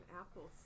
apples